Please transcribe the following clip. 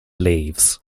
leaves